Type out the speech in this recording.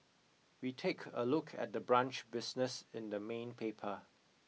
we take a look at the brunch business in the main paper